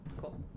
Cool